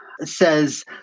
says